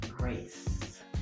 grace